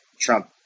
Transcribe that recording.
trump